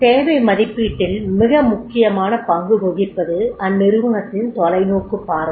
தேவை மதிப்பீட்டில் மிக முக்கியமான பங்கு வகிப்பது அந்நிறுவனத்தின் தொலைநோக்குப் பார்வை